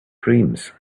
dreams